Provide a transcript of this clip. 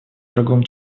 врагом